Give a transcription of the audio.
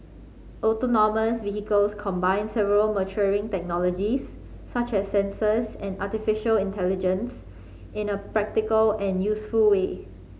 autonomous vehicles combine several maturing technologies such as sensors and artificial intelligence in a practical and useful way